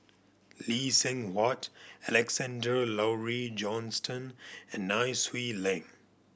Lee Seng Huat Alexander Laurie Johnston and Nai Swee Leng